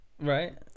Right